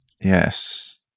Yes